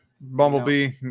Bumblebee